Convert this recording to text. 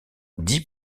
dix